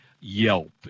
Yelp